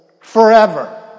forever